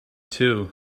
too